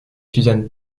susan